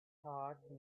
heart